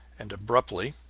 and abruptly,